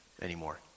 anymore